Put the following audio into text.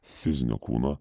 fizinio kūno